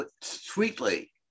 sweetly